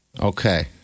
Okay